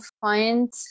find